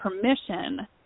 permission